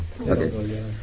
Okay